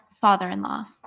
father-in-law